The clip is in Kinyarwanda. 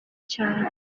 cyane